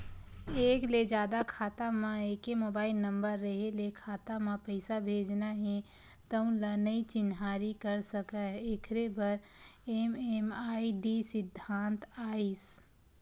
एक ले जादा खाता म एके मोबाइल नंबर रेहे ले खाता म पइसा भेजना हे तउन ल नइ चिन्हारी कर सकय एखरे बर एम.एम.आई.डी सिद्धांत आइस